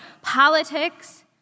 politics